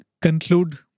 conclude